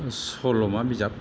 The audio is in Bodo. सल'मा बिजाब